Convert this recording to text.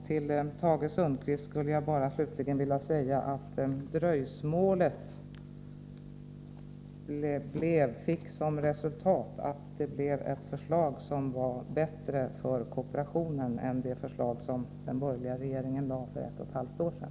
Till Tage Sundkvist skulle jag vilja säga att dröjsmålet har lett till att vi har fått ett förslag som är bättre för kooperationen än det förslag som den borgerliga regeringen lade fram för ett och ett halvt år sedan.